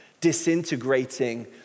disintegrating